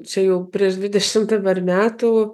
čia jau prieš dvidešimtį dar metų